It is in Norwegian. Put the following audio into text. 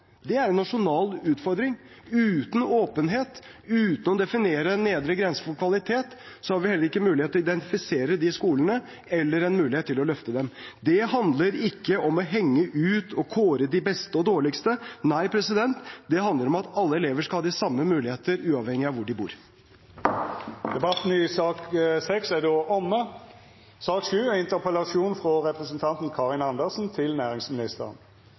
Det er en nasjonal utfordring. Uten åpenhet, uten å definere en nedre grense for kvalitet, har vi heller ikke mulighet til å identifisere de skolene eller til å løfte dem. Det handler ikke om å henge ut noen og kåre de beste og de dårligste. Det handler om at alle elever skal ha de samme mulighetene, uavhengig av hvor de bor. Debatten i sak nr. 6 er